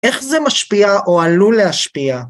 ‫איך זה משפיע או עלול להשפיע?